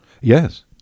Yes